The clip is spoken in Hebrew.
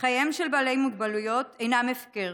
חייהם של בעלי מוגבלויות אינם הפקר,